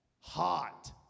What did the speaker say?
Hot